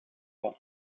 rang